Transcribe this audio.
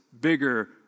bigger